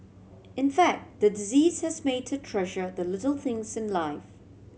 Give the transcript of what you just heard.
in fact the disease has made her treasure the little things in life